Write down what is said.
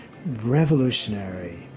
revolutionary